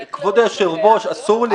כבוד היושב-ראש, זה אסור לי.